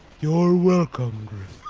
you're welcome, griffin